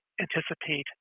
anticipate